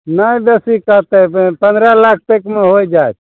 नहि बेसी कहतै पंद्रह लाख तकमे होइ जायत